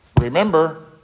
remember